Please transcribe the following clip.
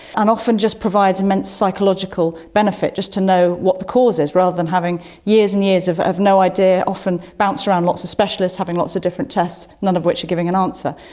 and often just provides immense psychological benefit just to know what the cause is rather than having years and years of of no idea, often bounced around lots of specialists, having lots of different tests, none of which are giving an answer.